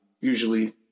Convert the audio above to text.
usually